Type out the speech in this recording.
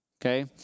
okay